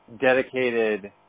dedicated –